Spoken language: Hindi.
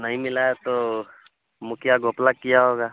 नहीं मिला है तो मुखिया घपला किया होगा